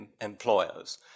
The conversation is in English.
employers